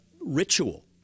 ritual